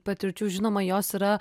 patirčių žinoma jos yra